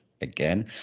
again